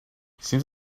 seems